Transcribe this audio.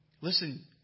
Listen